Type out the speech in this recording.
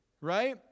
Right